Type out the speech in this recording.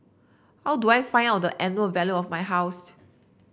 how do I find out the annual value of my house